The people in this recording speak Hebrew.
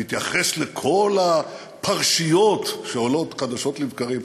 אתייחס לכל הפרשיות שעולות חדשות לבקרים,